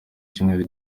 cyumweru